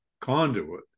conduit